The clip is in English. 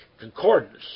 concordance